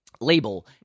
label